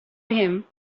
him